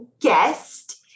guest